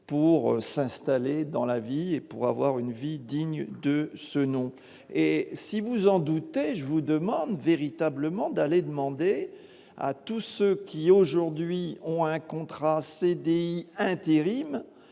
pour s'installer dans la vie et pour avoir une vie digne de ce nom. Et si vous en doutez, et je vous demande véritablement d'aller demander à tous ceux qui aujourd'hui ont un contrat CDI intérim